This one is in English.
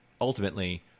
ultimately